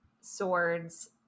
swords